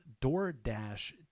DoorDash